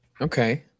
Okay